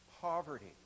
poverty